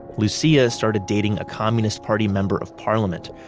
lucia started dating a communist party member of parliament.